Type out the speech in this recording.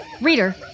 Reader